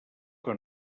que